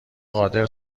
قادر